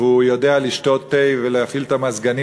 והוא יודע לשתות תה ולהפעיל את המזגנים